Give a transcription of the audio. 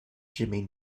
jimmy